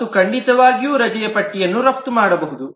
ಮತ್ತು ಖಂಡಿತವಾಗಿಯೂ ರಜೆಯ ಪಟ್ಟಿಯನ್ನು ರಫ್ತು ಮಾಡಿ